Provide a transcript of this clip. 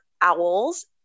owls